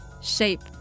shape